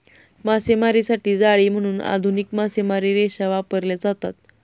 मासेमारीसाठी जाळी म्हणून आधुनिक मासेमारी रेषा वापरल्या जातात